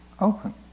open